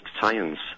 science